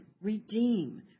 redeem